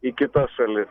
į kitas šalis